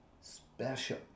special